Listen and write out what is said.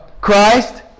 Christ